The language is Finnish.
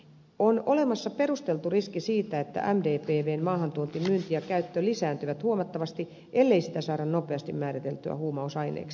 on olemassa perusteltu riski siitä että mdpvn maahantuonti myynti ja käyttö lisääntyvät huomattavasti ellei sitä saada nopeasti määriteltyä huumausaineeksi